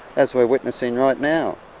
as we're witnessing right now,